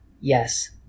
Yes